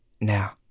now